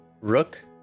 Rook